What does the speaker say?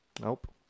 Nope